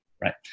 right